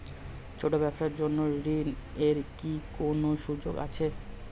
ছোট ব্যবসার জন্য ঋণ এর কি কোন সুযোগ আছে?